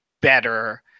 better